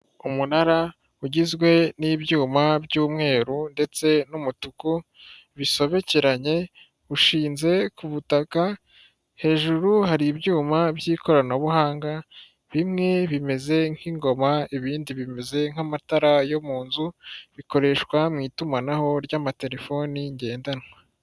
Umunara ugizwe n'ibyuma by'umweru ndetse n'umutuku bisobekeranye ushinze ku butaka, hejuru hari ibyuma by'ikoranabuhanga bimwe bimeze nk'ingoma ibindi bimeze nk'amatara yo mu nzu bikoreshwa mu itumanaho ry'amatelefoni ngendanwa.